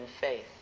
faith